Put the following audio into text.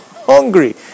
hungry